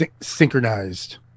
synchronized